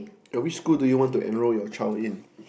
which school do you want to enroll your child in